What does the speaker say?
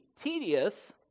tedious